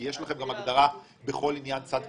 כי יש לכם הגדרה בכל עניין צד קשור.